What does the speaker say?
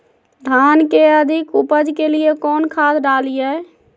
धान के अधिक उपज के लिए कौन खाद डालिय?